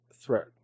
threat